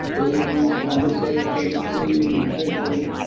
things, conversation, food, nutrition,